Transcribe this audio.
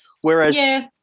whereas